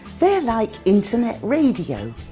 they're like internet radio.